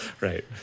Right